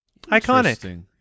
Iconic